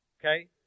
Okay